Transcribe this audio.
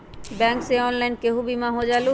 Bank से online केहु बिमा हो जाईलु?